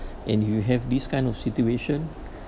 and you have this kind of situation